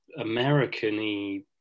American-y